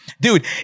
Dude